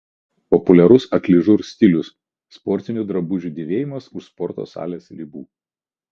dabar itin populiarus atližur stilius sportinių drabužių dėvėjimas už sporto salės ribų